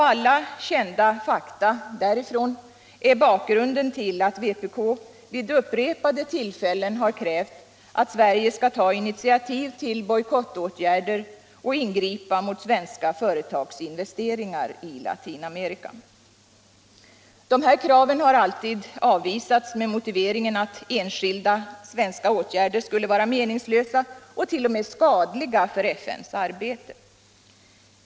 Alla kända fakta därifrån är bakgrunden till att vpk vid upprepade tillfällen krävt att Sverige skall ta initiativ till bojkottåtgärder och ingripa mot svenska företags investeringar i Latinamerika. Dessa krav har alltid avvisats med motiveringen att enskilda svenska åtgärder skulle vara meningslösa och t.o.m. skadliga för FN:s arbete.